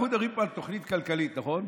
אנחנו מדברים פה על תוכנית כלכלית, נכון?